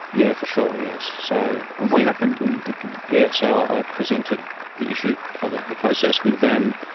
yeah for sure, yes. so and what happened when you did that? yeah so i presented the issue, followed the process with them.